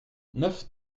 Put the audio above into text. neuf